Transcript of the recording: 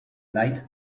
night